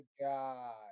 god